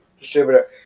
distributor